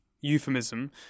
euphemism